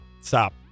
Stop